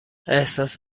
احساس